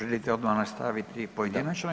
Želite odmah nastaviti pojedinačno.